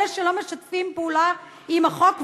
אלה שלא משתפים פעולה עם החוק,